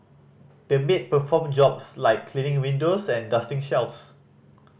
the maid performed jobs like cleaning windows and dusting shelves